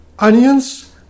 Onions